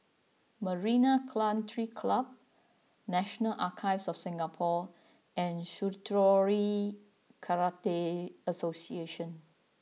Marina Country Club National Archives of Singapore and Shitoryu Karate Association